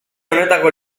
honetako